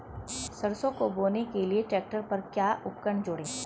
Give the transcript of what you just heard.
सरसों को बोने के लिये ट्रैक्टर पर क्या उपकरण जोड़ें?